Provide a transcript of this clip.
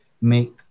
make